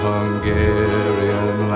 Hungarian